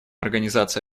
организации